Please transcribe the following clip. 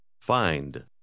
Find